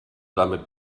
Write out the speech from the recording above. damit